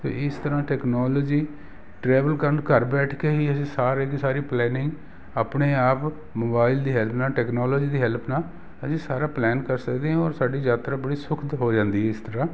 ਅਤੇ ਇਸ ਤਰ੍ਹਾਂ ਟੈਕਨੋਲੋਜੀ ਟਰੈਵਲ ਕਰਨ ਘਰ ਬੈਠ ਕੇ ਹੀ ਅਸੀਂ ਸਾਰੀ ਦੀ ਸਾਰੀ ਪਲੈਨਿੰਗ ਆਪਣੇ ਆਪ ਮੋਬਾਈਲ ਦੀ ਹੈਲਪ ਨਾਲ ਟੈਕਨੋਲੋਜੀ ਦੀ ਹੈਲਪ ਨਾਲ ਅਸੀਂ ਸਾਰਾ ਪਲਾਨ ਕਰ ਸਕਦੇ ਹਾਂ ਔਰ ਸਾਡੀ ਯਾਤਰਾ ਬੜੀ ਸੁਖਦ ਹੋ ਜਾਂਦੀ ਇਸ ਤਰ੍ਹਾਂ